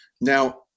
Now